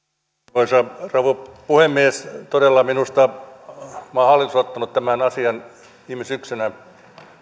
arvoisa rouva puhemies minusta tämä hallitus on todella ottanut tämän asian viime syksynä